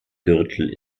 gürtel